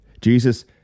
Jesus